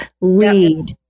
lead